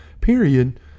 period